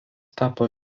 tapo